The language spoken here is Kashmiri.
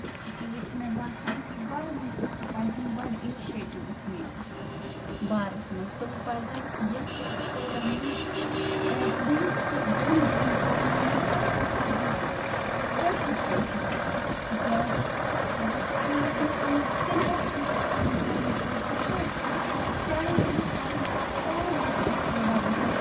اِس لیے چھُ مےٚ باسان کہِ گارمٮ۪نٛٹس تہِ پزن بڑٕ اِنشیٚٹِوٕس نِنۍ اَتھ بارس منٛز تِم پزٮ۪ن ییٚتہِ کٮ۪ن سُکوٗلن منٛز ایٹ لیٖسٹ دۄن دۄہن پرناوُن پرٛٮ۪تھ کانٛہہ سبجکٹ کٲشِر پٲٹھی تِکیٛازِ اگر سُکوٗلس منٛز تِمن سیٚلِبس یی فراہم کرنہٕ کٲشِر پٲٹھۍ شاید ما کَرن پتہٕ پٮ۪رنٛٹٕس تہِ تھوڑا بہت